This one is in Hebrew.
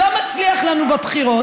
לא מצליח לנו בבחירות,